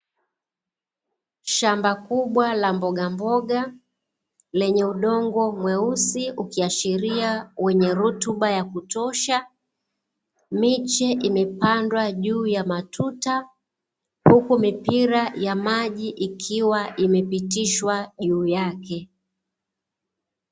Shamba kubwwa la mbogamboga lenye udongo mweusi ukiashiria wenye rutuba ya kutosha, miche imepandwa juu ya matuta huku mipira ya maji ikiwa imepitishwa juu yake.